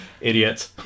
Idiot